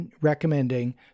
recommending